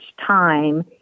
time